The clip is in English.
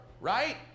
right